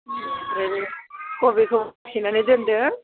ओमफ्राय कबिखौ सुनानै दोन्दो